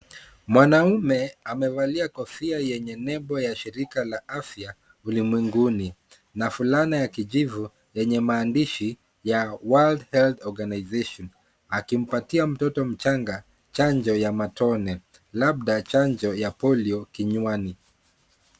Mwanaume amevalia kofia yenye nembo ya shirika la afya ulimwenguni na fulana ya afya na maandishi ya World Health Organization. Akimpatia mtoto mchanga, chanjo ya matone. Labda chanjo ya polio. Kinywani.